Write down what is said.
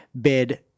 bid